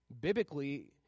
Biblically